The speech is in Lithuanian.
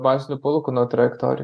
bazinių palūkanų trajektoriją